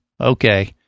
Okay